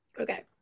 okay